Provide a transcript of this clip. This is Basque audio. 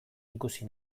ikusi